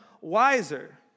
wiser